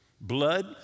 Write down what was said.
Blood